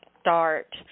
start